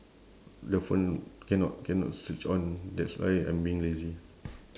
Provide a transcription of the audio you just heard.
the phone cannot cannot switch on that's why I'm being lazy